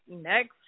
next